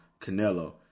Canelo